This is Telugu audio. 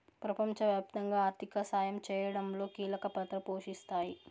ప్రపంచవ్యాప్తంగా ఆర్థిక సాయం చేయడంలో కీలక పాత్ర పోషిస్తాయి